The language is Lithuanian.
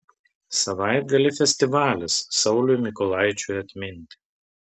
savaitgalį festivalis sauliui mykolaičiui atminti